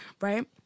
right